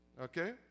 Okay